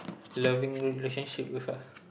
loving relationship with her